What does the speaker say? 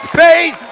faith